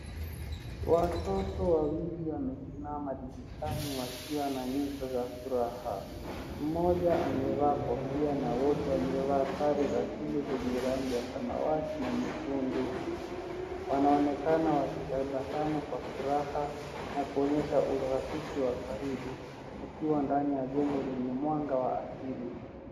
Watoto wawili wamesimama dirishani wakiwa na nyuso za furaha. Mmoja amevaa kofia na wengine wana sare za shule zenye rangi ya samawati na nyekundu. Wanaonekana wakitabasamu kwa furaha na kuonyesha urafiki wa karibu, wakiwa ndani ya vyumba vyenye mwanga asili.